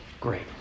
great